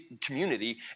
community